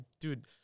Dude